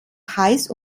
heiß